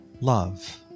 love